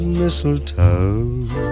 mistletoe